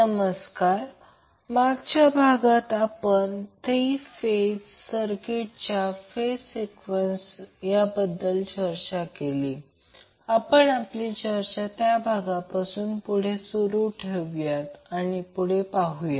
नमस्कार मागच्या भागात आपण 3 फेज सर्किटच्या फेज सिक्वेन्स बद्दल चर्चा केली आपण आपली चर्चा त्या भागापासून पुढे सुरू ठेवूया आणि पुढे पाहूया